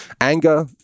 anger